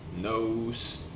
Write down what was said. knows